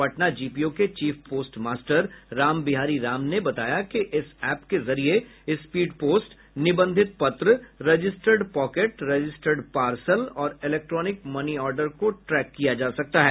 Patna GPO के chief post master Ram Bihari Ram ने बताया कि इस एप के जरिये स्पीड पोस्ट निबंधित पत्र रजिस्टर्ड पॉकेट रजिस्टर्ड पार्सल और इलेक्ट्रॉनिक मनी ऑर्डर को ट्रैक किया जा सकता है